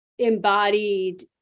Embodied